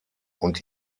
und